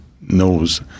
knows